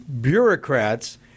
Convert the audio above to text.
bureaucrats